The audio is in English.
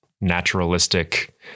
naturalistic